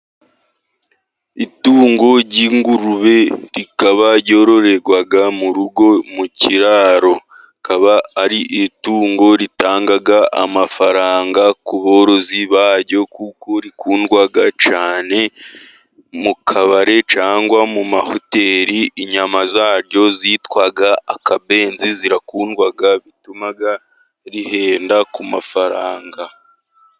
Itungo ry'ingurube rikaba yororerwa, mu rugo mu kiraro, rikaba ari itungo, ritanga amafaranga ku borozi baryo, kuko rikundwa cyane, mu kabari cyangwa mu ma Hoteli inyama zaryo zitwa akabenzi zirakundwa, bitumaga rihenda ku mafaranga.